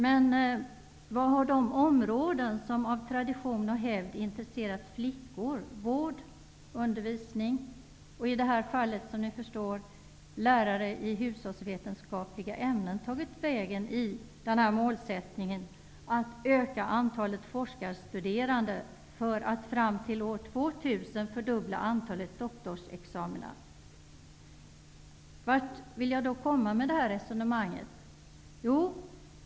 Men vart har de områden som av tradition och hävd intresserat flickor, t.ex. vård, undervisning och i det här fallet lärare i hushållsvetenskapliga ämnen tagit vägen i målsättningen att öka antalet forskarstuderande för att fram till år 2000 fördubbla antalet doktorsexamina? Vart vill jag då komma med det här resonemanget?